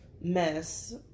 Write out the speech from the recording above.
mess